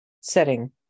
setting